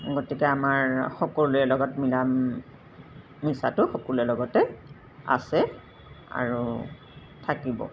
গতিকে আমাৰ সকলোৰে লগত মিলা মিছাটো সকলোৰে লগতে আছে আৰু থাকিব